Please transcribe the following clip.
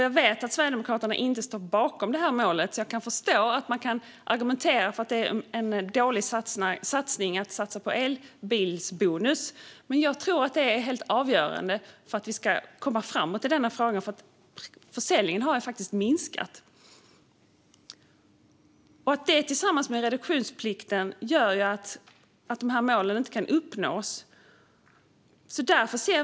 Jag vet att Sverigedemokraterna inte står bakom det målet, så jag kan förstå att man kan argumentera för att elbilsbonusen är en dålig satsning. Men jag tror att den är helt avgörande för att vi ska komma framåt i denna fråga. Försäljningen har faktiskt minskat, och tillsammans med den sänkta reduktionsplikten gör det att det här målet inte kan uppnås.